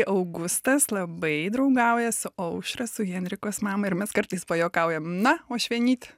augustas labai draugauja su aušra su henrikos mama ir mes kartais pajuokaujam na uošvienyt